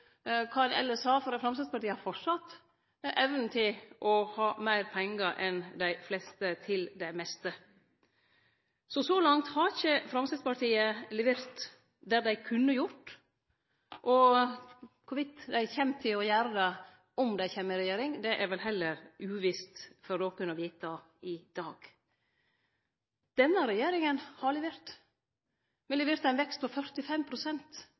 kva ein elles har. Framstegspartiet har framleis evna til å ha meir pengar enn dei fleste – til det meste. Så langt har ikkje Framstegspartiet levert der dei kunne ha gjort det, og om dei kjem til å gjere det dersom dei kjem i regjering, er heller uvisst i dag. Denne regjeringa har levert. Me leverte ein vekst på